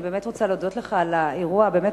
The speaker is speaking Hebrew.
אני באמת רוצה להודות לך על האירוע הבאמת